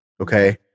Okay